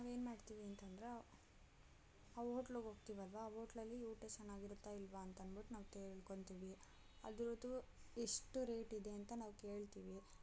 ನಾವು ಏನು ಮಾಡ್ತೀವಿ ಅಂತಂದ್ರೆ ಅವು ಹೋಟ್ಲುಗೆ ಹೋಗ್ತೀವಲ್ವ ಹೋಟ್ಲಲ್ಲಿ ಊಟ ಚೆನ್ನಾಗಿರುತ್ತಾ ಇಲ್ವಾ ಅಂತನ್ಬಿಟ್ಟು ನಾವು ತಿಳ್ಕೊತೀವಿ ಅದ್ರದ್ದು ಎಷ್ಟು ರೇಟಿದೆ ಅಂತ ನಾವು ಕೇಳ್ತೀವಿ